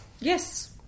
Yes